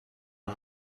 and